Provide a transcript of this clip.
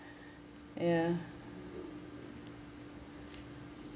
ya